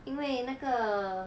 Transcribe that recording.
因为那个